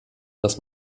dass